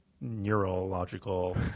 neurological